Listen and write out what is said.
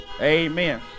Amen